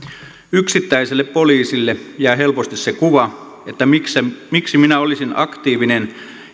yksittäiselle poliisille jää helposti se kuva että miksi minä olisin aktiivinen